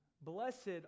Blessed